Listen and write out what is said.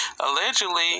allegedly